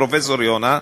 פרופסור יונה,